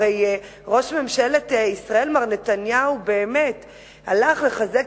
ראש ממשלת ישראל מר נתניהו באמת הלך לחזק